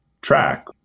Track